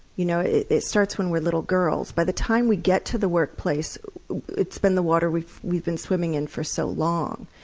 you know it it starts when we're little girls. by the time we get to the workplace it's been the water we've we've been swimming in for so long.